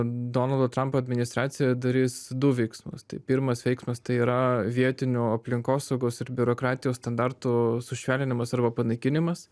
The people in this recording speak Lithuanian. donaldo trampo administracija darys du veiksmus tai pirmas veiksmas tai yra vietinių aplinkosaugos ir biurokratijos standartų sušvelninimas arba panaikinimas